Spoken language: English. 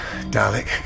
Dalek